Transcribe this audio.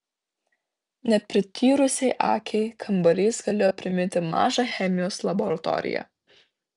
neprityrusiai akiai kambarys galėjo priminti mažą chemijos laboratoriją